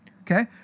Okay